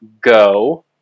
go